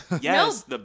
Yes